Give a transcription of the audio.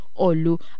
olu